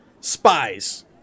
spies